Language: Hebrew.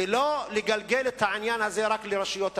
ואין לגלגל את העניין הזה רק לרשויות התכנון,